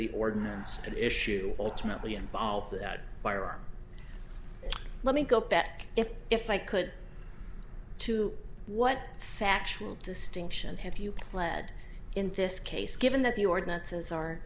the ordinance could issue ultimately involve that firearm let me go back if if i could too what factual distinction have you clad in this case given that the ordinances are